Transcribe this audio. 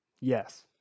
Yes